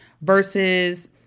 versus